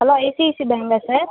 hello ICICI பேங்கா sir